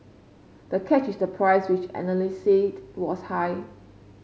the catch is the price which analysts said was high